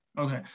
Okay